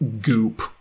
goop